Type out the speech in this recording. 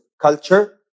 culture